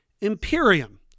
Imperium